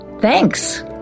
Thanks